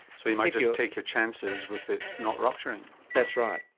so you may just take your chances with it not rupturing? that's right.